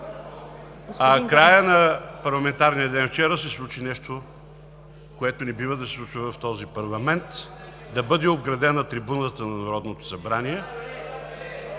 В края на парламентарния ден вчера се случи нещо, което не бива да се случва в този парламент – да бъде обградена трибуната на Народното събрание